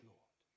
Lord